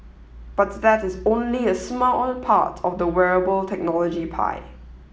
but that is only a smart part of the wearable technology pie